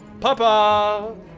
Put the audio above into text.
Papa